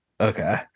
Okay